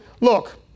look